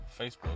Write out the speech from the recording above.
Facebook